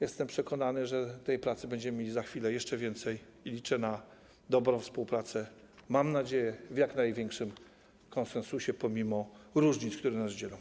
Jestem przekonany, że tej pracy będziemy mieli za chwilę jeszcze więcej, i liczę na dobrą współpracę - mam nadzieję, że w jak największym konsensusie pomimo różnic, które nas dzielą.